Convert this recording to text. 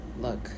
look